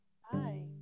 Hi